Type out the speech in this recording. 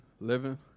Living